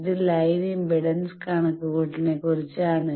ഇത് line impedance കണക്കുകൂട്ടലിനെക്കുറിച്ചാണ്